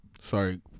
Sorry